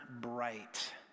bright